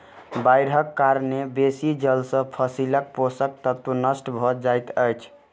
बाइढ़क कारणेँ बेसी जल सॅ फसीलक पोषक तत्व नष्ट भअ जाइत अछि